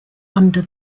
under